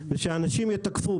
שאנשים יתקפו.